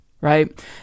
right